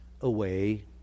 away